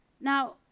Now